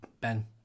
Ben